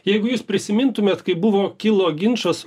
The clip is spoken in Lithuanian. jeigu jūs prisimintumėt kaip buvo kilo ginčas